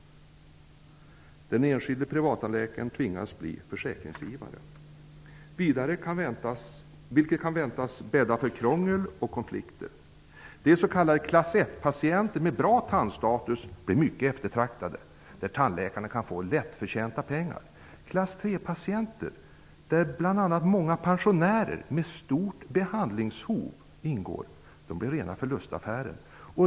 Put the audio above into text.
Den enskilde privattandläkaren tvingas bli försäkringsgivare, vilket kan väntas bädda för krångel och konflikter. De s.k. klass 1-patienterna -- som har en bra tandstatus -- blir mycket eftertraktade. Tandläkarna kan genom dem få lättförtjänta pengar. Klass 3-patienterna -- som bl.a. många pensionärer med stort behandlingsbehov tillhör -- blir rena förlustaffären.